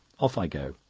off i go.